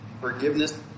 forgiveness